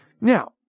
now